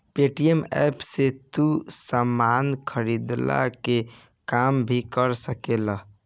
Paytm app से तू सामान खरीदला के काम भी कर सकेला